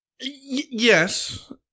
Yes